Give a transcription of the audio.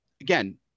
again